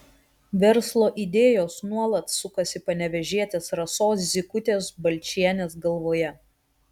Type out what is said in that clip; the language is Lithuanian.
verslo idėjos nuolat sukasi panevėžietės rasos zykutės balčienės galvoje